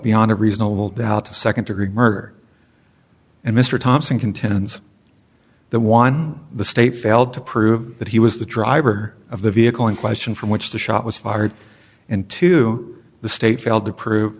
beyond a reasonable doubt to second degree murder and mr thompson contends the one the state failed to prove that he was the driver of the vehicle in question from which the shot was fired into the state failed to prove